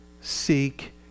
seek